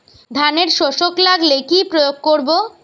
ধানের শোষক লাগলে কি প্রয়োগ করব?